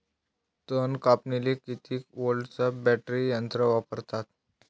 तन कापनीले किती व्होल्टचं बॅटरी यंत्र वापरतात?